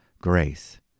Grace